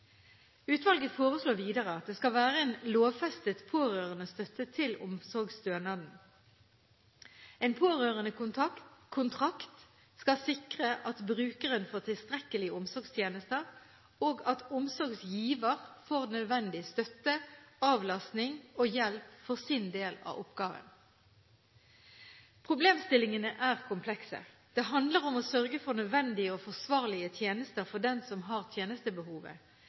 Utvalget foreslår videre at det skal være en lovfestet pårørendestøtte til omsorgsstønaden. En pårørendekontrakt skal sikre at brukeren får tilstrekkelige omsorgstjenester, og at omsorgsgiver får nødvendig støtte, avlastning og hjelp til sin del av oppgaven. Problemstillingene er komplekse. Det handler om å sørge for nødvendige og forsvarlige tjenester for den som har tjenestebehovet.